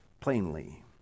plainly